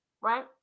Right